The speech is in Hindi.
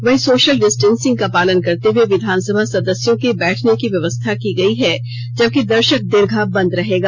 वहीं सोषल डिस्टेसिंग का पालन करते हुए विधानसभा सदस्यों के बैठने की व्यवस्था की गयी है जबकि दर्षक दीर्घा बंद रहेगा